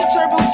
Turbo